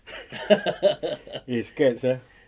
eh scared sia